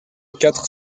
quatre